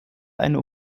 eine